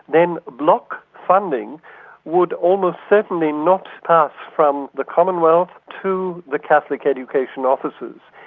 then bloc funding would almost certainly not pass from the commonwealth to the catholic education offices,